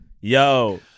Yo